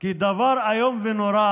כי דבר איום ונורא